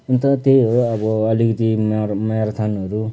अन्त त्यही हो अब अलिकति म्यार म्याराथानहरू